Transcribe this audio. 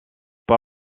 pas